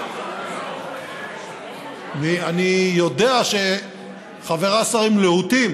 אני יודע שחבריי השרים להוטים